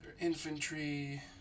infantry